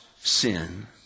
sin